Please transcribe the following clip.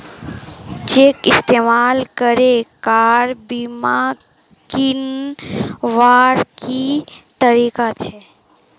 Cheque इस्तेमाल करे car बीमा कीन्वार की तरीका छे?